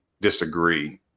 disagree